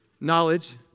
Knowledge